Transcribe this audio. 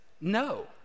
no